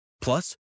Plus